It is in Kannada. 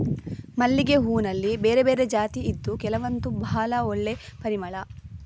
ಮಲ್ಲಿಗೆ ಹೂನಲ್ಲಿ ಬೇರೆ ಬೇರೆ ಜಾತಿ ಇದ್ದು ಕೆಲವಂತೂ ಭಾಳ ಒಳ್ಳೆ ಪರಿಮಳ